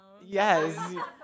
Yes